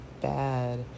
bad